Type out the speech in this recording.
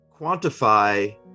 quantify